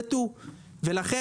ולכן,